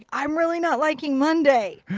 ah i'm really not liking monday!